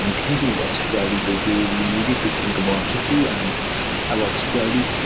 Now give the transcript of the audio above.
and thinking what security the way we needed to think about siftery and about security,